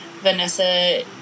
vanessa